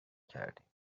کردیم